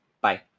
Bye